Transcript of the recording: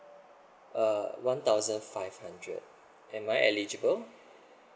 uh one thousand five hundred am I eligible